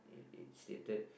it's stated